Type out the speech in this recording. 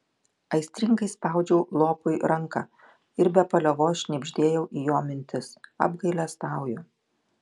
aistringai spaudžiau lopui ranką ir be paliovos šnibždėjau į jo mintis apgailestauju